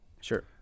Sure